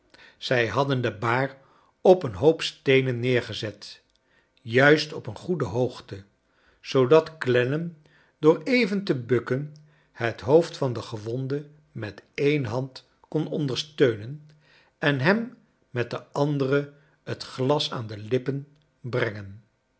zij hadden de baar op een hoop steenen neergez et juist op een goede hoogte zoodat clennam door even te bukken het hoofd van den gewonde met een hand kon ondersteunen en hem met de andere het gias nan de iippen brengen